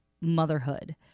motherhood